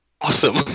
awesome